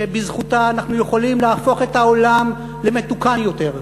שבזכותה אנחנו יכולים להפוך את העולם למתוקן יותר.